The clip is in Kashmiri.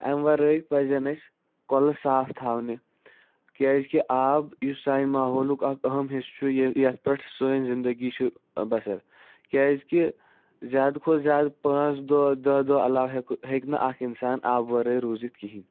اَمہِ وَرٲے پَزن اَسہِ کۄلہٕ صاف تھاونہِ کیازِ کہِ آب یُس سانہِ ماحولُک اکھ اَہم حصہٕ چھُ یَتھ پٮ۪ٹھ سٲنۍ زِندگی چھُ بَسر کیازِ کہِ زیادٕ کھۄتہٕ زیادٕ پانٛژھ دۄہ دہ علاوٕ ہٮ۪کَو ہٮ۪کَو ہٮ۪کہِ نہٕ اکھ اِنسان آبہٕ وَرٲے روٗزِتھ کِہیٖنۍ